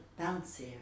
bouncier